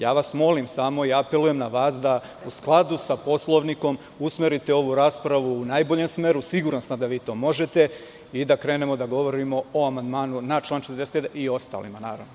Ja vas molim i apelujem na vas da u skladu sa Poslovnikom usmerite ovu raspravu u najboljem smeru, a siguran sam da vi to možete, i da krenemo da govorimo o amandmanu na član 41. i ostalima.